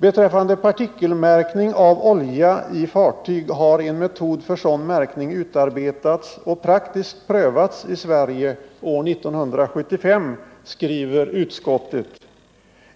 ”Beträffande partikelmärkning av olja i fartyg har en metod för sådan märkning utarbetats och praktiskt prövats i Sverige år 1975”, skriver utskottet.